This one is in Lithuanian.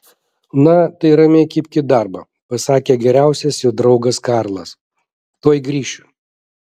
na tai ramiai kibk į darbą pasakė geriausias jo draugas karlas tuoj grįšiu